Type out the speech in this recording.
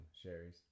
Sherry's